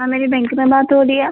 हाँ मेरी बैंक में बात हो रही है